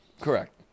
Correct